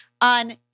on